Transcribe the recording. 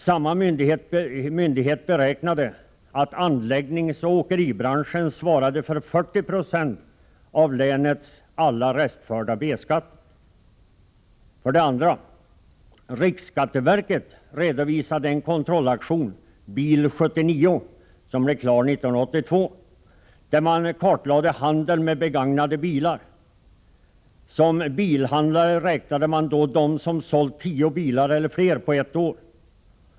Samma myndighet beräknade att anläggningsoch åkeribranschen svarade för 40 90 av länets alla restförda B-skatter. För det andra: Riksskatteverket redovisade en kontrollaktion, Bil 79, som blev klar 1982, där man kartlade handeln med begagnade bilar. Som bilhandlare räknade man då dem som sålt tio bilar eller fler på ett år.